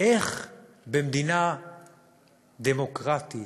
איך במדינה דמוקרטית,